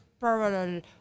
parallel